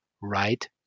right